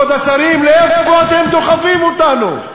כבוד השרים, לאיפה אתם דוחפים אותנו?